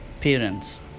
parents